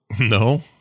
no